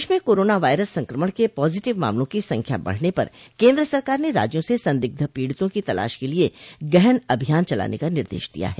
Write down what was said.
देश में corona virus संक्रमण के पॉजिटिव मामलों की संख्या बढ़ने पर केन्द्र सरकार ने राज्यों से संदिग्ध पीडितों की तलाश के लिए गहन अभियान चलाने का निर्देश दिया है